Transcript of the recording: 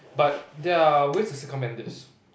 but there are ways to circumvent this